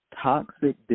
Toxic